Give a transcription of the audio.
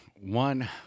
One